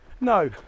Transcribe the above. No